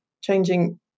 changing